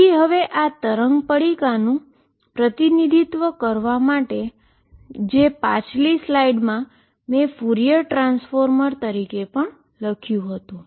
તેથી હવે આ વેવ પેકેટનુંપ્રતિનિધિત્વ કરવા માટેજે પાછલી સ્લાઇડ્સમાં મેં ફ્યુરિયર ટ્રાન્સફોર્મ તરીકે લખ્યું હતું